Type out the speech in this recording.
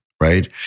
right